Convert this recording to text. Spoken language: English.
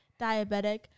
Diabetic